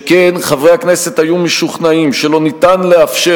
שכן חברי הכנסת היו משוכנעים שלא ניתן לאפשר